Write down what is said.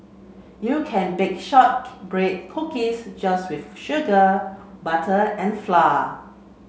you can bake shortbread cookies just with sugar butter and flour